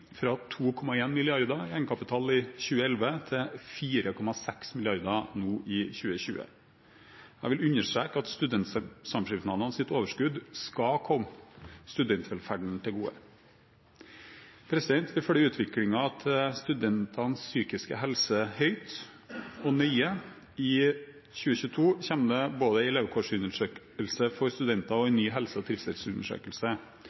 fra 2,1 mrd. kr i 2011 til 4,6 mrd. kr i 2020. Jeg vil understreke at studentsamskipnadenes overskudd skal komme studentvelferden til gode. Vi følger utviklingen til studentenes psykiske helse nøye. I 2022 kommer det både en levekårsundersøkelse for studenter og en ny helse- og trivselsundersøkelse. Jeg vil sammen med Helse- og omsorgsdepartementet vurdere tiltak for studenter i